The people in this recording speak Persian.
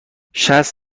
شصت